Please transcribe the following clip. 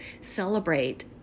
celebrate